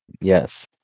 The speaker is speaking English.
Yes